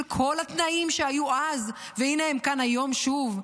כל התנאים שהיו אז והינה היום הם כאן שוב?